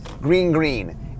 green-green